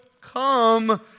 come